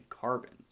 carbons